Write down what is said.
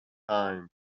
times